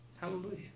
Hallelujah